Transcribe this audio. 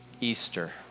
Easter